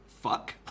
fuck